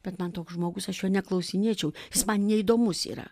bet man toks žmogus aš jo neklausinėčiau jis man neįdomus yra